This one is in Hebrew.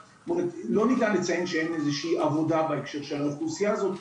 אבל לא ניתן לציין שאין איזו שהיא עבודה בהקשר של האוכלוסייה הזאת,